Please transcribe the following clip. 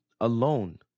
Alone